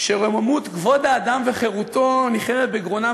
שרוממות כבוד האדם וחירותו בגרונם,